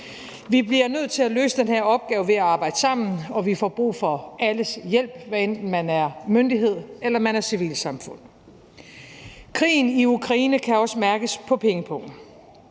Vi bliver nødt til at løse den her opgave ved at arbejde sammen, og vi får brug for alles hjælp, hvad enten man er myndighed eller man er civilsamfund. Krigen i Ukraine kan også mærkes på pengepungen.